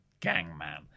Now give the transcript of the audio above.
Gangman